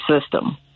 system